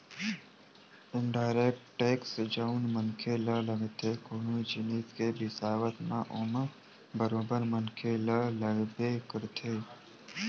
indirect tax जउन मनखे ल लगथे कोनो जिनिस के बिसावत म ओमा बरोबर मनखे ल लगबे करथे